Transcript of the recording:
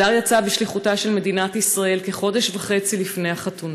הדר יצא בשליחותה של מדינת ישראל כחודש וחצי לפני החתונה,